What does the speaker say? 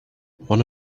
one